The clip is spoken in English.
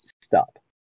stop